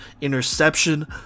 interception